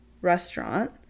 restaurant